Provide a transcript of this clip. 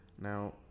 Now